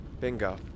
Bingo